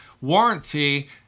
warranty